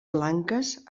blanques